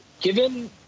Given